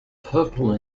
purple